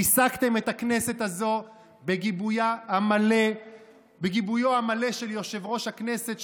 ריסקתם את הכנסת הזו בגיבויו המלא של יושב-ראש הכנסת,